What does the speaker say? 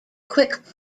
quick